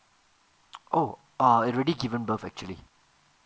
oh err already given birth actually